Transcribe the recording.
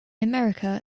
america